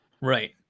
Right